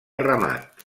ramat